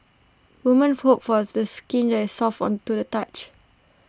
women for hope for skin that soft on to the touch